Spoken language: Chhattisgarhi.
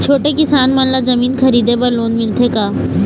छोटे किसान मन ला जमीन खरीदे बर लोन मिलथे का?